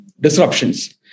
disruptions